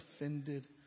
offended